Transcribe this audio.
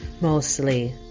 mostly